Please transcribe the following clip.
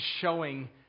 showing